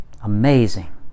Amazing